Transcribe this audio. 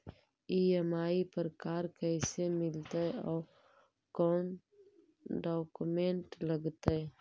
EMI पर car कैसे मिलतै औ कोन डाउकमेंट लगतै?